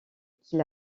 qu’il